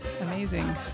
amazing